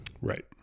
Right